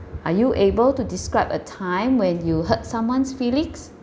are you able to describe a time when you hurt someone's feelings